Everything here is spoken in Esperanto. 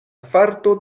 farto